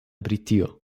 britio